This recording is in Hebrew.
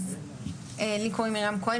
אז לי קוראים מרים כהן,